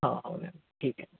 हाव हो मॅम ठीक आहे